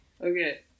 Okay